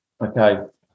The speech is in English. Okay